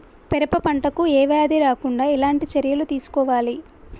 పెరప పంట కు ఏ వ్యాధి రాకుండా ఎలాంటి చర్యలు తీసుకోవాలి?